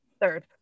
third